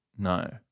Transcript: No